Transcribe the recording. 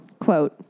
Quote